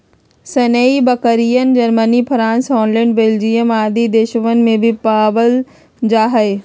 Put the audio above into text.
सानेंइ बकरियन, Germany, France, Holland, Belgium आदि देशवन में भी पावल जाहई